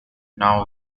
now